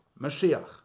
Mashiach